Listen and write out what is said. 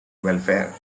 welfare